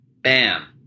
Bam